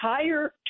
entire